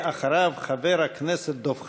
אחריו, חבר הכנסת דב חנין.